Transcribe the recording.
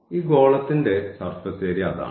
ഈ ഗോളത്തിന്റെ surface area അതാണ്